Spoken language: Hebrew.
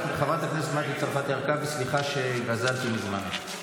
חברת הכנסת מטי צרפתי הרכבי, סליחה שגזלתי מזמנך.